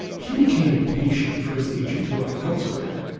he became impatient for his agent to look elsewhere